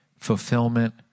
Fulfillment